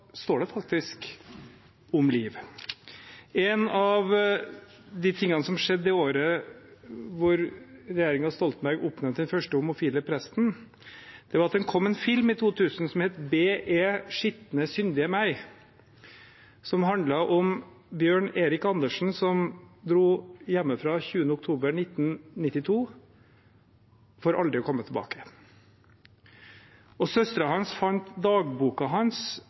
står det faktisk om liv. En av de tingene som skjedde det året regjeringen Stoltenberg oppnevnte den første homofile presten, i 2000, var at det kom en film som het «BE – skitne, syndige meg». Den handlet om Bjørn Erik Andersen, som dro hjemmefra 20. oktober 1992 for aldri å komme tilbake. Søsteren hans fant dagboken hans,